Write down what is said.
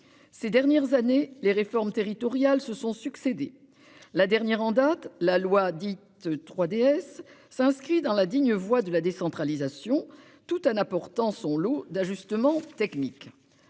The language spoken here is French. Ces dernières années les réformes territoriales se sont succédé. La dernière en date la loi dite 3DS s'inscrit dans la digne voie de la décentralisation, tout en apportant son lot d'ajustements techniques.